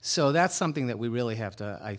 so that's something that we really have to i